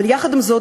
יחד עם זאת,